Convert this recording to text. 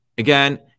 Again